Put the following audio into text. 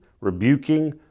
rebuking